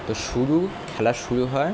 তো শুরু খেলা শুরু হয়